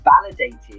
validated